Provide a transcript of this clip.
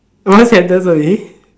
one sentence only